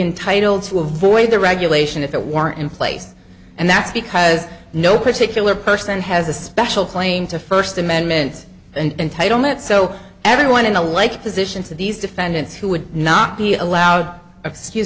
entitled to avoid the regulation if it weren't in place and that's because no particular person has a special claim to first amendment and title it so everyone in a like position to these defendants who would not be allowed excuse